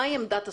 מהי עמדת השר,